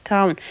Town